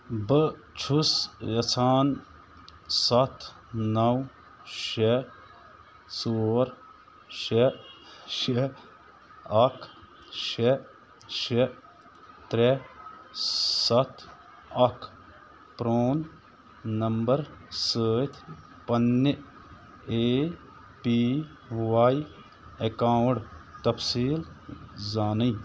بہٕ چھُس یَژھان سَتھ نو شےٚ ژور شےٚ شےٚ اَکھ شےٚ شےٚ ترٛےٚ سَتھ اَکھ پران نمبر سۭتۍ پنٕنہِ اےٚ پی وائی اَکاؤنٛٹ تَفصیٖل زانٕنۍ